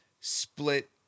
split